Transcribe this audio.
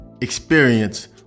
experience